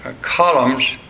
columns